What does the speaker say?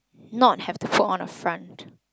not have to put on a front